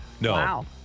No